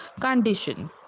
condition